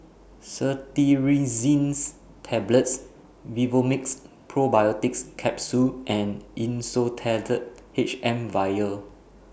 Cetirizines Tablets Vivomixx Probiotics Capsule and Insulatard H M Vial